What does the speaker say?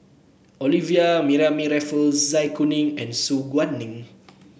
Olivia Mariamne Raffles Zai Kuning and Su Guaning